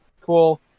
Cool